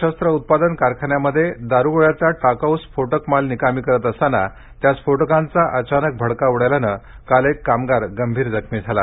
शस्त्र उत्पादन कारखाना भद्रावती इथल्या संरक्षण शस्त्र उत्पादन कारखान्यामध्ये दारुगोळ्याचा टाकाऊ स्फोटक माल निकामी करत असतानात्या स्फोटकांचा अचानक भडका उडाल्यानं काल एक कामगार गंभीर जखमी झाला